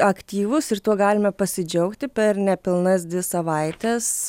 aktyvūs ir tuo galime pasidžiaugti per nepilnas dvi savaites